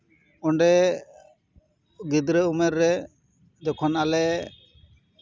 ᱚᱸᱰᱮ ᱜᱤᱫᱽᱨᱟᱹ ᱩᱢᱮᱨ ᱨᱮ ᱡᱚᱠᱷᱚᱱ ᱟᱞᱮ